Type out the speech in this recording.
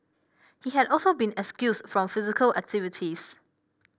he had also been excused from physical activities